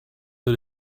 für